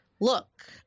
look